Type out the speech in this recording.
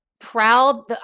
proud